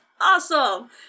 awesome